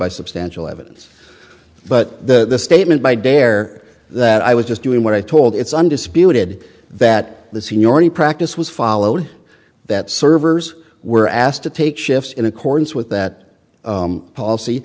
by substantial evidence but the statement by dare that i was just doing what i told it's undisputed that the seniority practice was followed that servers were asked to take shifts in accordance with that policy